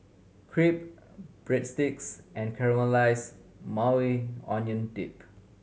Crepe Breadsticks and Caramelized Maui Onion Dip